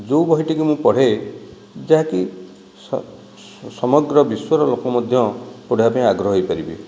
ଯେଉଁ ବହିଟିକୁ ମୁଁ ପଢ଼େ ଯାହାକି ସମଗ୍ର ବିଶ୍ୱର ଲୋକ ମଧ୍ୟ ପଢ଼ିବା ପାଇଁ ଆଗ୍ରହ ହୋଇପାରିବେ